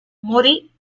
morì